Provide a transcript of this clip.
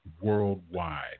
worldwide